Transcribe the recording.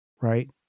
right